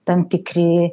tam tikri